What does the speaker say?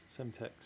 Semtex